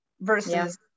versus